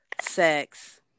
sex